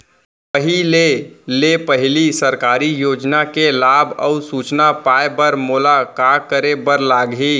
पहिले ले पहिली सरकारी योजना के लाभ अऊ सूचना पाए बर मोला का करे बर लागही?